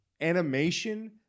Animation